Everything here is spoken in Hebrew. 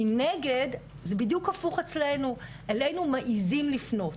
מנגד, זה בדיוק הפוך אצלנו, אלינו מעיזים לפנות,